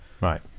right